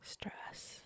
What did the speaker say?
stress